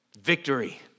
Victory